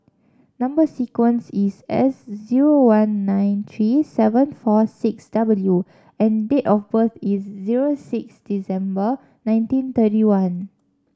number sequence is S zero one nine three seven four six W and date of birth is zero six December nineteen thirty one